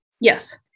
Yes